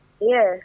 Yes